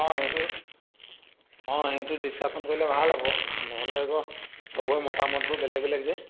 অঁ সেইটো অঁ সেইটো ডিচকাচন কৰিলে ভাল হ'ব নহ'লে আক চবৰে মতামতবোৰ বেলেগ বেলেগ যে